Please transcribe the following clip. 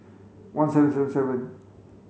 one seven seven seven